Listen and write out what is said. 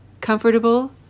comfortable